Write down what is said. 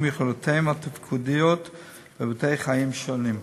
יכולותיהם התפקודיות בהיבטי חיים שונים.